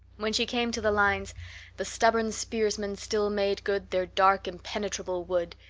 when she came to the lines the stubborn spearsmen still made good their dark impenetrable wood,